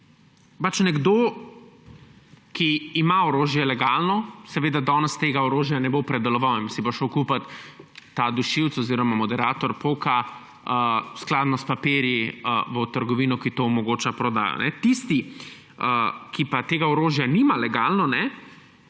Nekdo, ki ima orožje legalno, danes tega orožja ne bo predeloval in si bo šel kupit ta dušilec oziroma moderator poka, skladno s papirji, v trgovino, ki omogoča to prodajo. Tisti, ki pa tega orožja nima legalno, pa